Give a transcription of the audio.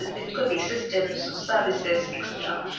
it could be systems services etc.